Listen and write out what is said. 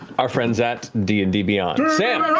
our friends at d and d beyond. sam.